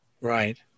Right